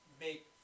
make